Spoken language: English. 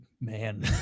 man